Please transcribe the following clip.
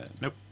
nope